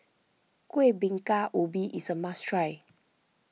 Kuih Bingka Ubi is a must try